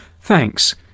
Thanks